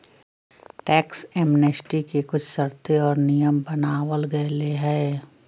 tax amnesty के कुछ शर्तें और नियम बनावल गयले है